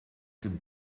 dem